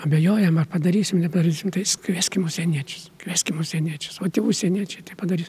abejojam ar padarysim nepadarysim tai kvieskim užsieniečius kvieskim užsieniečius o tie užsieniečiai tai padarys